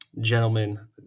gentlemen